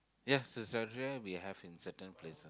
yes Saizeriya we have in certain places